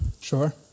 Sure